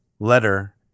letter